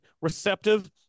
receptive